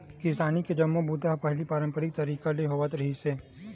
किसानी के जम्मो बूता ह पहिली पारंपरिक तरीका ले होत रिहिस हे